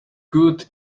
good